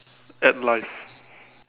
at life